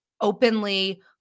openly